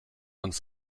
uns